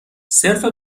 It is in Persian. صرف